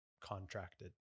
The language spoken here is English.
contracted